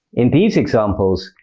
in these examples,